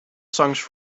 songs